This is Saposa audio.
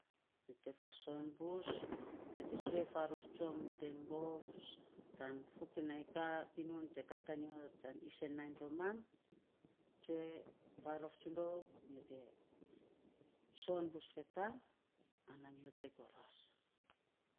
Nyo te faason bus, nyo te tsue faarof ten gov, tan fokinai ka, binun te kat anyo tan sen nainy roman, tsue faarof tsun rou, nyo te soon bus fetari ana nyo te goros.